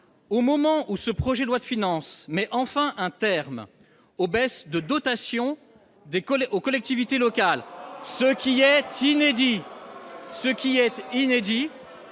au moment où le projet de budget met enfin un terme aux baisses de dotation aux collectivités locales, ce qui est inédit,